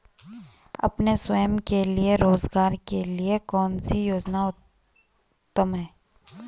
अपने स्वयं के रोज़गार के लिए कौनसी योजना उत्तम है?